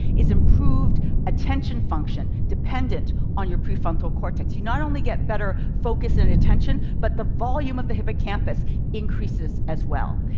is improved attention function dependent on your prefrontal cortex. you not only get better focus and attention, but the volume of the hippocampus increases as well.